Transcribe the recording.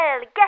guess